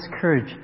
courage